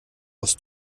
aus